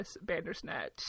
bandersnatch